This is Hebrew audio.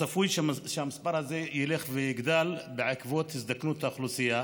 צפוי שהמספר הזה ילך ויגדל בעקבות הזדקנות האוכלוסייה.